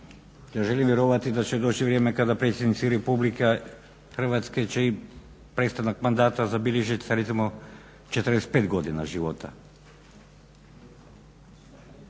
Ja želim vjerovati da će doći vrijeme kada predsjednici Republike Hrvatske će prestanak mandata zabilježiti sa recimo 45 godina života.